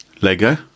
Lego